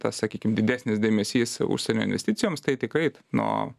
tas sakykim didesnis dėmesys užsienio investicijoms tai tikrai nuo